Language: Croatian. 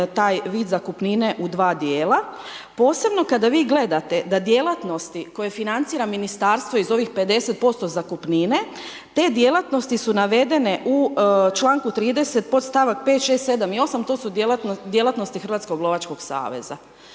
taj vid zakupnine u dva djela posebno kada vi gledate da djelatnosti koje financira ministarstvo iz ovih 50% zakupnine, t djelatnosti su navedene u članku 30. podstavak 5., 6., 7. i 8., to su djelatnosti Hrvatskog lovačkog saveza.